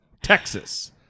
Texas